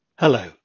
Hello